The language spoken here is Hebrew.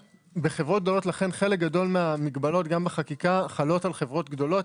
בחברות גדולות לכן חלק גדול מהמגבלות גם בחקיקה חלות על חברות גדולות.